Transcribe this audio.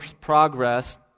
Progress